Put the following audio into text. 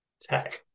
tech